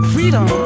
Freedom